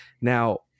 Now